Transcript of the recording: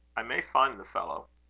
i may find the fellow.